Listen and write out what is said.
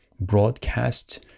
broadcast